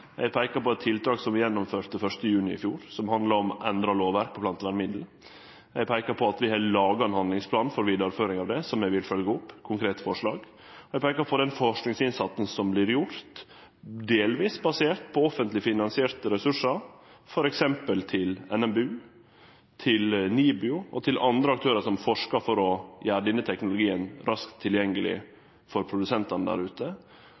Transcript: Eg peika på eit tiltak som vart gjennomført 1. juni i fjor, som handlar om endra lovverk for plantevernmiddel. Eg peika på at vi har laga ein handlingsplan for vidareføring av det, som eg vil følgje opp med konkrete forslag. Eg peika på den forskingsinnsatsen som vert gjord, delvis basert på offentleg finansierte ressursar til t.d. NMBU, NIBIO og andre aktørar som forskar for å gjere denne teknologien raskt tilgjengeleg for produsentane der ute.